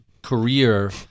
career